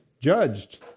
judged